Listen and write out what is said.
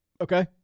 okay